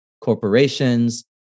corporations